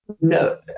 No